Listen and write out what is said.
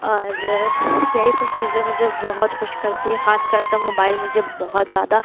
اور یہی سب چیزیں مجھے بہت خوش کرتی ہیں خاص کر تو موبائل مجھے بہت زیادہ